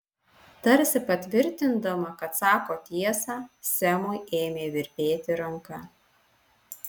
tarsi patvirtindama kad sako tiesą semui ėmė virpėti ranka